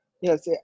Yes